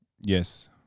Yes